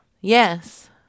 Yes